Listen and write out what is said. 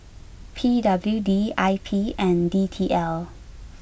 P W D I P and D T L